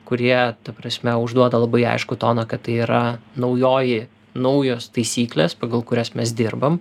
kurie ta prasme užduoda labai aiškų toną kad tai yra naujoji naujos taisyklės pagal kurias mes dirbam